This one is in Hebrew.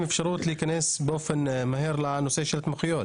אפשרות להיכנס באופן מהיר לנושא התמחויות,